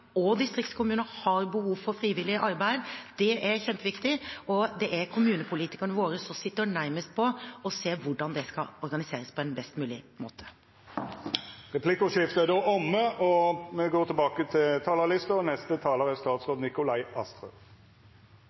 og distriktskommuner har behov for frivillig arbeid. Det er kjempeviktig. Og det er kommunepolitikerne våre som sitter nærmest på og ser hvordan det skal organiseres på en best mulig måte. Replikkordskiftet er omme. Regjeringens mål er at Norge skal være et bærekraftig velferdssamfunn – økonomisk, sosialt og